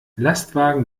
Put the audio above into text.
lastwagen